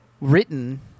written